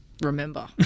remember